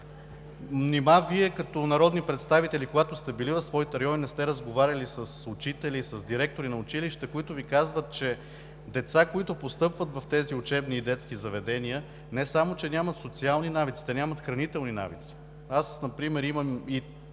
Нима Вие като народни представители, когато сте били в своите райони, не сте разговаряли с учители, с директори на училища, които Ви казват, че деца, които постъпват в тези учебни и детски заведения не само че нямат социални навици, те нямат хранителни навици? Аз например имам и